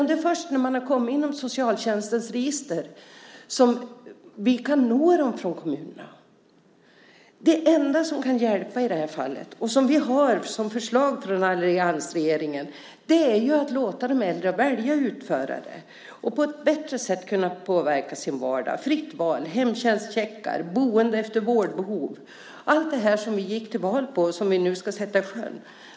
Det är först när de gamla har kommit in i socialtjänstens register som vi kan nå dessa. Det enda som kan hjälpa i det här fallet och som vi har som förslag från alliansen är att låta de äldre välja utförare så att de på ett bättre sätt kan påverka sin vardag - fritt val, hemtjänstcheckar, boende efter vårdbehov och allt det som vi gick till val på och som vi nu vill sätta i sjön.